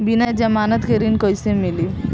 बिना जमानत के ऋण कैसे मिली?